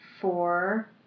four